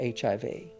HIV